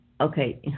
Okay